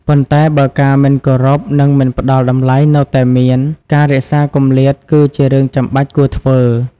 ប៉ុន្តែ បើការមិនគោរព និងមិនផ្ដល់តម្លៃនៅតែមាន ការរក្សាគម្លាតគឺជារឿងចាំបាច់គួរធ្វើ។